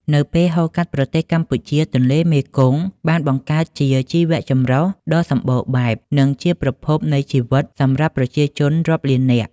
នៅពេលហូរកាត់ប្រទេសកម្ពុជា ទន្លេមេគង្គបានបង្កើតជាជីវចម្រុះដ៏សម្បូរបែប និងជាប្រភពនៃជីវិតសម្រាប់ប្រជាជនរាប់លាននាក់។